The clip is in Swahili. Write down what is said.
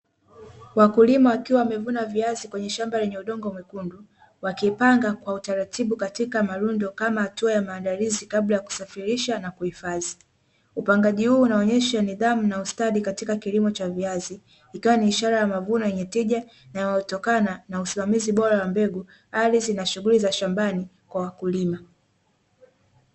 Wakulima wakiwa wamevuna viazi kwenye shamba lenye udongo mwekundu, wakipanga kwa utaratibu katika malundo kama hatua ya maandalizi kabla ya kusafirisha na kuhifadhi, upangaji huu unaonyesha nidhamu na ustadi katika kilimo cha viazi ikawa ni ishara ya mavuno yenye tija na yanayotokana na usimamizi bora wa mbegu ardhi zina shughuli za shambani kwa wakulima.